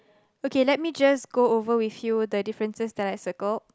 okay let me just go over with you the differences that I circled